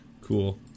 Cool